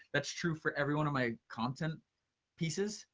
that's true for every one of my content pieces.